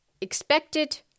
expected